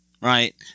right